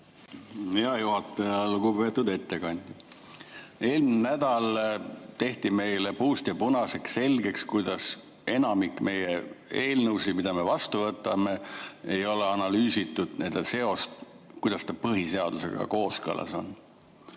Hea juhataja! Lugupeetud ettekandja! Eelmine nädal tehti meile puust ja punaseks selgeks, kuidas enamiku meie eelnõude puhul, mida me vastu võtame, ei ole analüüsitud seost, kuidas nad põhiseadusega kooskõlas on.